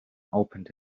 opened